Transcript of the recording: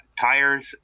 tires